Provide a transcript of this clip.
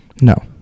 No